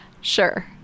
Sure